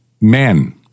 men